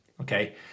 okay